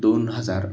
दोन हजार